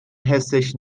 حسش